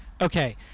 Okay